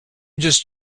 just